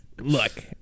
Look